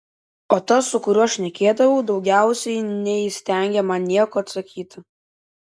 o tas su kuriuo šnekėdavau daugiausiai neįstengė man nieko atsakyti